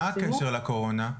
מה הקשר לקורונה?